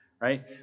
right